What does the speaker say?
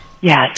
Yes